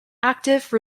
active